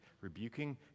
rebuking